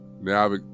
Now